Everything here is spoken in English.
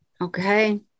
Okay